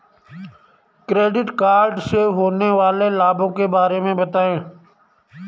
Credit card से होने वाले लाभों के बारे में बताएं?